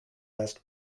best